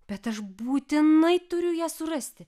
bet aš būtinai turiu ją surasti